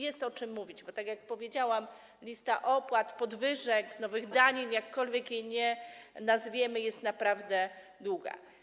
Jest o czym mówić, tak jak powiedziałam, bo lista opłat, podwyżek, nowych danin, jakkolwiek ich nie nazwiemy, jest naprawdę długa.